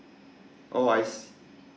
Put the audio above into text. oh I